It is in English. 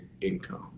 income